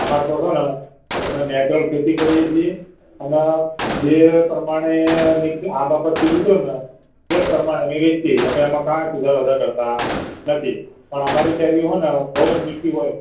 અમારે તો છે ને અમારે નેચરલ ખેતી કરીએ છીએ અને જે પ્રમાણેની આંબા પરથી નીચે ઉતરે ને એ જ પ્રમાણે અમે વેચીએ છીએ એમાં કાંઈ સુધારો વધારો કરતા નથી પણ અમારી કેરીઓ છે ને બહુ મીઠી હોય